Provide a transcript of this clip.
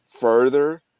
further